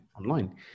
online